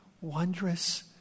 wondrous